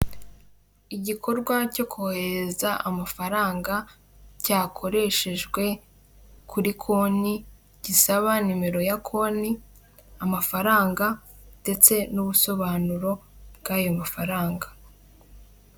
Igikorwa cyo kohereza amafaranga cyakoreshejwe kuri konti gisaba nimero ya konti, amafaranga, ndetse n'ubusobanuro bwayo mafaranga.